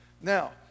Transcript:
Now